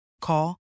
Call